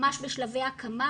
ממש בשלבי הקמה,